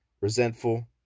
resentful